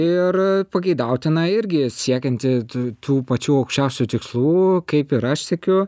ir pageidautina irgi siekianti tų pačių aukščiausių tikslų kaip ir aš siekiu